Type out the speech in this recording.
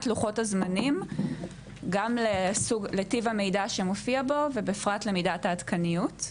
לוחות הזמנים גם לטיב המידע שמופיע בו ובפרט למידת העדכניות.